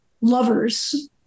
lovers